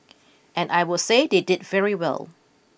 and I will say they did very well